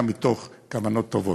גם מתוך כוונות טובות.